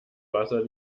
wasser